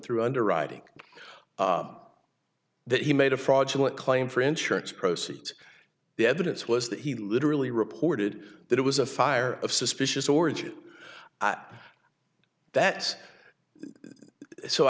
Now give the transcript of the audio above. through underwriting that he made a fraudulent claim for insurance proceeds the evidence was that he literally reported that it was a fire of suspicious origin that